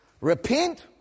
repent